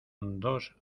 dos